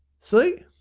see?